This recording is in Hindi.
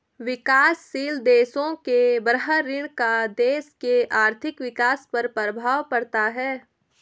विकासशील देशों के बाह्य ऋण का देश के आर्थिक विकास पर प्रभाव पड़ता है